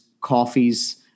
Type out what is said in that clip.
coffees